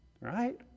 right